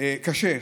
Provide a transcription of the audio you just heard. פגיעות קשות,